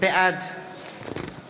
בעד